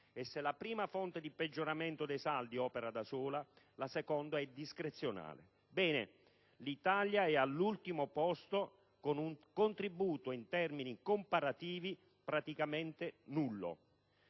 E se la prima fonte di peggioramento dei saldi opera da sola, la seconda è discrezionale. Bene, l'Italia è all'ultimo posto con un contributo, in termini comparativi, praticamente nullo.